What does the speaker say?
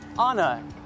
Anna